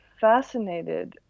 fascinated